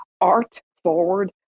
art-forward